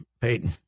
Peyton